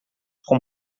com